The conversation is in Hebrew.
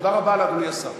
תודה רבה לאדוני השר.